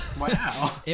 wow